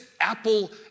Apple